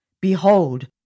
Behold